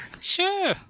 Sure